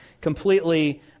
completely